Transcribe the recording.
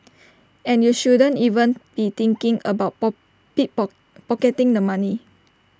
and you shouldn't even be thinking about pocketing the money